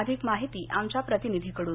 अधिक माहिती आमच्या प्रतिनिधी कडून